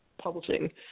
Publishing